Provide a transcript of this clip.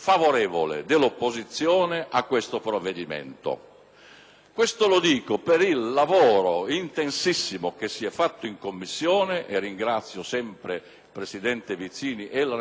Questo lo dico per il lavoro intensissimo fatto in Commissione (e ringrazio il presidente Vizzini e il relatore Malan), per la costruttività